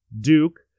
Duke